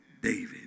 David